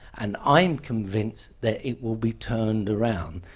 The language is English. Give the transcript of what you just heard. and i'm convinced that it will be turned around.